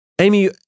Amy